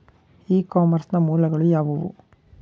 E commerce ನ ಮೂಲಗಳು ಯಾವುವು?